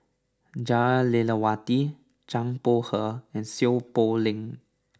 Jah Lelawati Zhang Bohe and Seow Poh Leng